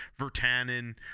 Vertanen